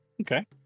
Okay